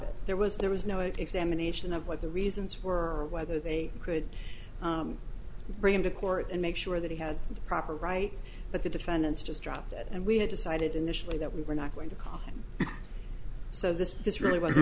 it there was there was no examination of what the reasons were whether they could bring him to court and make sure that he had the proper right but the defendant's just dropped it and we had decided initially that we were not going to call him so this this really wasn't